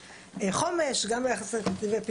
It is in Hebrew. גם ביחס לתקציבי חומש,